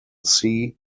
sea